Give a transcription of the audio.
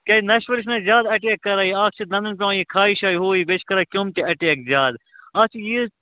کیٛازِ نَشہٕ وٲلِس چھُنا زیادٕ اٹیک کَران یہِ اَکھ چھِ دنٛدن پیٚوان یہِ کھَے شَے ہُہ یہِ بیٚیہِ چھُ کران کیٛوٚم تہٕ اٹیک زیادٕ اَتھ چھِ ییٖژ